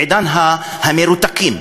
עידן המרותקים,